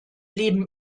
leben